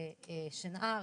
שנער,